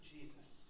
Jesus